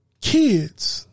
Kids